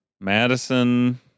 Madison